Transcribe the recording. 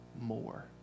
more